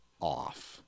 off